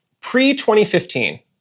pre-2015